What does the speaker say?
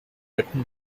written